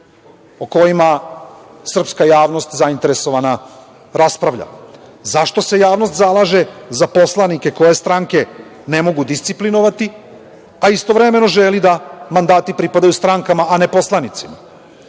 o kojima srpska javnost zainteresovana raspravlja. Zašto se javnost zalaže za poslanike koje stranke ne mogu disciplinovati, a istovremeno želi da mandati pripadaju strankama a ne poslanicima?